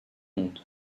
monde